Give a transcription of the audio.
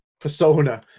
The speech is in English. persona